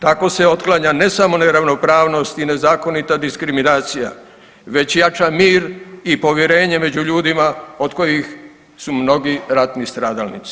Tako se otklanja ne samo neravnopravnost i nezakonita diskriminacija, već jača mir i povjerenje među ljudima od kojih su mnogi ratni stradalnici.